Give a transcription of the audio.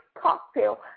cocktail